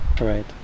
right